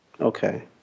Okay